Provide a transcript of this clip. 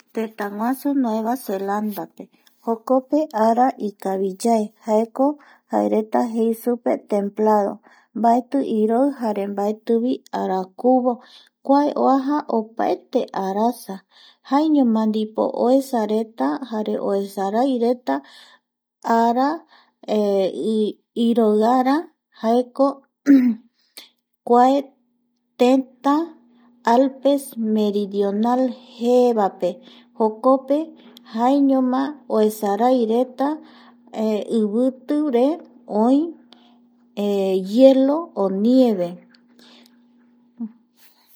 Tëtäguasu Nueva Zelandape jokope ara ikaviyae jaeko jaereta jei supe templado mbaeti iroi jare mbaetivi arakuvo kua oaja opaete arasa jaeñoma ndipo oesareta jare oesaraireta ara iroiara jaeko kua tëtä Alpes meridional jeva pe jokope jaeñoma oesaraireta ivitire oi hielo o nieve